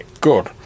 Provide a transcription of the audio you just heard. good